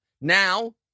Now